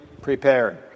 prepared